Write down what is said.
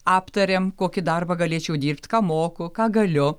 aptarėm kokį darbą galėčiau dirbt ką moku ką galiu